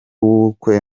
w’ubukwe